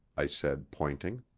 i said, pointing.